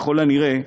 ככל הנראה,